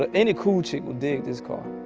but any cool chick would dig this car.